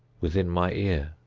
within my ear.